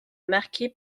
marqué